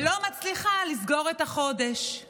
ולא מצליחה לסגור את החודש;